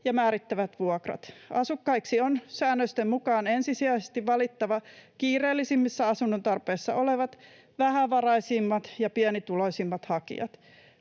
ja määrittävät vuokrat. Asukkaiksi on säännösten mukaan ensisijaisesti valittava kiireellisimmässä asunnontarpeessa olevat, vähävaraisimmat ja pienituloisimmat hakijat.